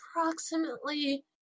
approximately